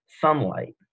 sunlight